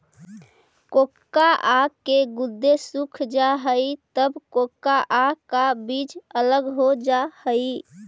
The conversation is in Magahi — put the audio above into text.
कोकोआ के गुदे सूख जा हई तब कोकोआ का बीज अलग हो जा हई